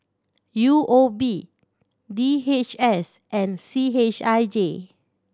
U O B D H S and C H I J